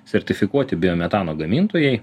sertifikuoti biometano gamintojai